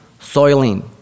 soiling